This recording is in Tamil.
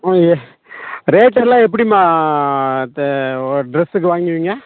ம் ரேட்டெல்லாம் எப்படிம்மா இப்போ ஒரு ட்ரெஸ்ஸுக்கு வாங்குவீங்க